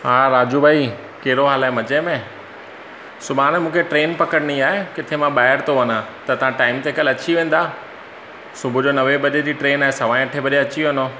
हा राजू भाई कहिड़ो हालु आहे मज़े में सुभाणे मूंखे ट्रेन पकिड़िणी आहे किथे मां ॿाहिरि थो वञां त तव्हां टाइम ते कल्ह अची वेंदा सुबुह जो नवे बजे जी ट्रेन आहे सवा अठे बजे अची वञो